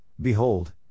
behold